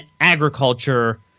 agriculture